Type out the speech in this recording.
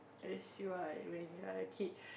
as you are when you are a kid